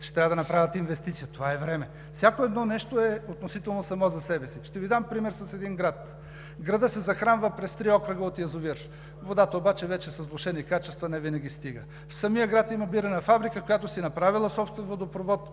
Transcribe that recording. ще трябва да направят инвестиции, това е време. Всяко едно нещо е относително само за себе си. Ще Ви дам пример с един град: градът се захранва през три окръга от язовир, водата обаче вече е с влошени качества и невинаги стига. В самия град има бирена фабрика, която си е направила собствен водопровод,